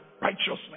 Righteousness